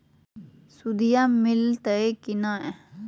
सुदिया मिलाना की नय?